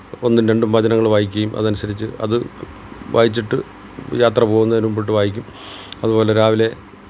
ഒന്നും രണ്ടും വചനങ്ങൾ വായിക്കുകയും അതനുസരിച്ച് അത് വായിച്ചിട്ട് യാത്ര പോവുന്നതിനു മുമ്പിട്ട് വായിക്കും അതുപോലെ രാവിലെ